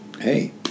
Hey